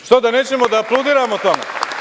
Zašto, da nećemo da aplaudiramo tome?